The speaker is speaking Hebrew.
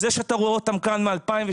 זה שאתה רואה אותן כאן מ-2012,